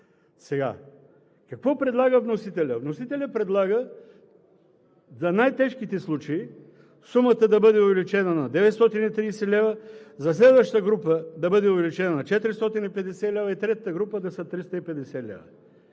70%. Какво предлага вносителят? Вносителят предлага за най-тежките случаи сумата да бъде увеличена на 930 лв., за следващата група да бъде увеличена на 450 лв., и третата група да са 350 лв.